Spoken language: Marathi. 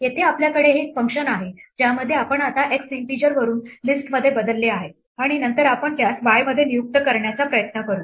येथे आपल्याकडे हे फंक्शन आहे ज्यामध्ये आपण आता x इन्टिजर वरून लिस्टमध्ये बदलले आहे आणि नंतर आपण त्यास y मध्ये नियुक्त करण्याचा प्रयत्न करू